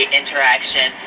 interaction